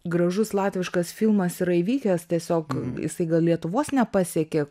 gražus latviškas filmas yra įvykęs tiesiog jisai gal lietuvos nepasiekė